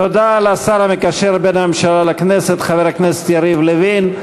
תודה לשר המקשר בין הממשלה לכנסת חבר הכנסת יריב לוין.